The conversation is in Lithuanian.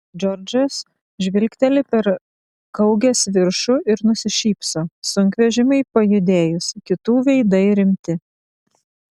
džordžas žvilgteli per kaugės viršų ir nusišypso sunkvežimiui pajudėjus kitų veidai rimti